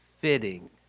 fitting